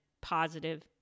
positive